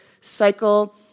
cycle